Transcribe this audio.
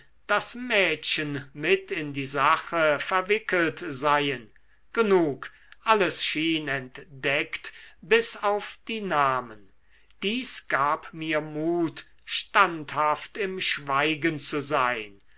daß mädchen mit in die sache verwickelt seien genug alles schien entdeckt bis auf die namen dies gab mir mut standhaft im schweigen zu sein